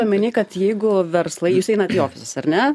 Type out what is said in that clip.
omeny kad jeigu verslai jūs einat į ofisus ar ne